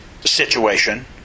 situation